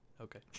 okay